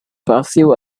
passive